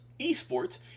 Esports